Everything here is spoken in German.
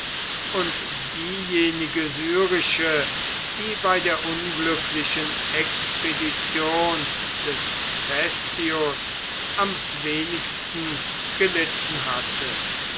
und diejenige syrische die bei der unglücklichen expedition des cestius am wenigsten gelitten hatte